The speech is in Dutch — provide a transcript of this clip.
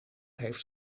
heeft